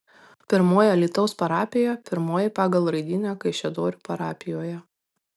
pirmojo alytaus parapija pirmoji pagal raidyną kaišiadorių parapijoje